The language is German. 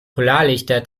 polarlichter